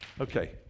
Okay